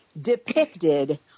depicted